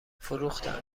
فروختن